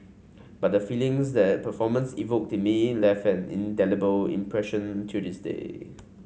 but the feelings that performance evoked me left an indelible impression till this day